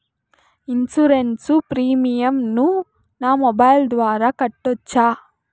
Insurance premium ను నా mobile ద్వారా కట్టొచ్చా?